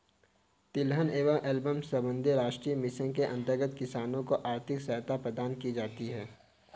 तिलहन एवं एल्बम संबंधी राष्ट्रीय मिशन के अंतर्गत किसानों को आर्थिक सहायता प्रदान की जाती है